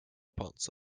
panza